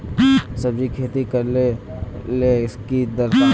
सब्जी खेती करले ले की दरकार?